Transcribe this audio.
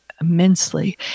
Immensely